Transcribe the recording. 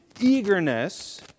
eagerness